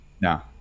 No